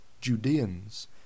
Judeans